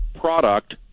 product